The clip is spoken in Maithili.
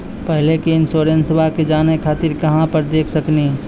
पहले के इंश्योरेंसबा के जाने खातिर कहां पर देख सकनी?